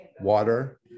water